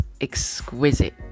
exquisite